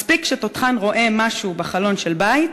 מספיק שתותחן רואה משהו בחלון" של בית,